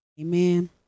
Amen